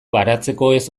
baratzekoez